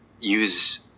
use